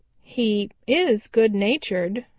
he is good-natured,